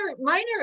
minor